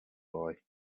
boy